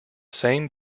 same